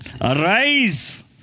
arise